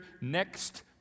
next